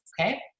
Okay